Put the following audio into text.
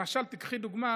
למשל, קחי לדוגמה